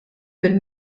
bil